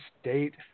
State